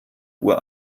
uhr